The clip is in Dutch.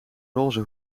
roze